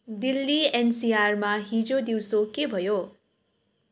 दिल्ली एनसिआरमा हिजो दिउँसो के भयो